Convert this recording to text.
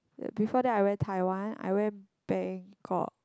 uh before that I went Taiwan I went Bangkok